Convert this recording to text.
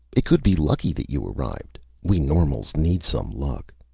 it could be lucky that you arrived. we normals need some luck!